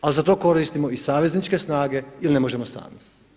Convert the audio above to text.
Ali za to koristimo i savezničke snage jer ne možemo sami.